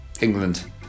England